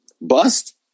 Bust